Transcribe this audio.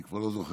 אני לא זוכר